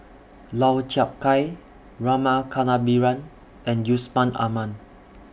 Lau Chiap Khai Rama Kannabiran and Yusman Aman